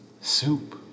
soup